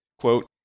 quote